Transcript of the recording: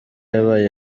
yabaye